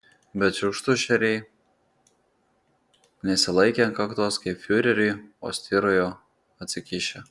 bet šiurkštūs šeriai nesilaikė ant kaktos kaip fiureriui o styrojo atsikišę